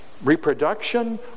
Reproduction